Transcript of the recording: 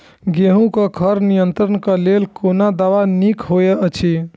गेहूँ क खर नियंत्रण क लेल कोन दवा निक होयत अछि?